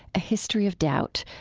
a history of doubt,